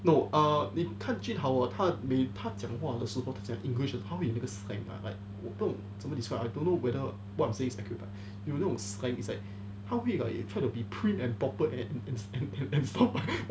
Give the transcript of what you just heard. no err 你看 jun hao ah 他讲话的时候他讲 engilsh 他会有那个 slang ah like 我不懂怎么 describe I don't know whether what I'm saying is accurate 有那种 slang it's like 他会 like try to be prim and proper and and and and stop